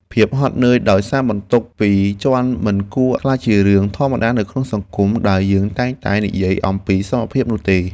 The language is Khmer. ភាពហត់នឿយដោយសារបន្ទុកពីរជាន់មិនគួរក្លាយជារឿងធម្មតានៅក្នុងសង្គមដែលយើងតែងតែនិយាយអំពីសមភាពនោះទេ។